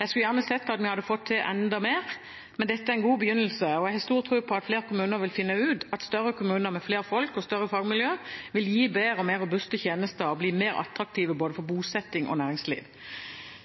Jeg skulle gjerne sett at vi hadde fått til enda mer, men dette er en god begynnelse, og jeg har stor tro på at flere kommuner vil finne ut at større kommuner med flere folk og større fagmiljøer vil gi bedre og mer robuste tjenester og bli mer attraktive for både bosetting og næringsliv.